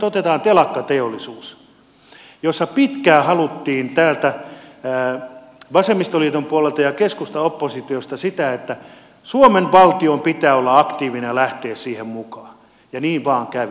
otetaan nyt vaikka telakkateollisuus jossa pitkään haluttiin täältä vasemmistoliiton puolelta ja keskustaoppositiosta sitä että suomen valtion pitää olla aktiivinen ja lähteä siihen mukaan ja niin vain kävi